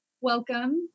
Welcome